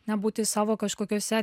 nebūti savo kažkokiose